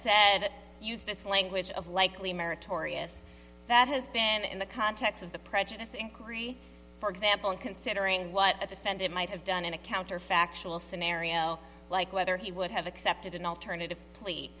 said use this language of likely meritorious that has been in the context of the prejudice inquiry for example in considering what a defendant might have done in a counterfactual scenario like whether he would have accepted an alternative plea